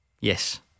Yes